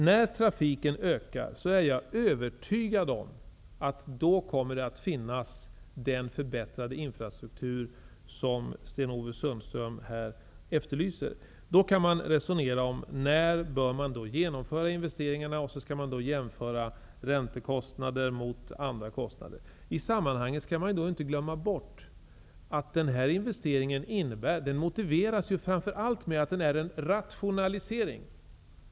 När trafiken ökar, det är jag övertygad om, kommer den förbättrade infrastruktur som Sten Ove Sundström efterlyser att finnas. Då kan man resonera om när investeringarna bör genomföras. Man skall jämföra räntekostnader med andra kostnader. I sammanhanget skall vi inte glömma bort att den här investeringen framför allt motiveras av att den innebär en rationalisering.